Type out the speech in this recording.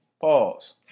Pause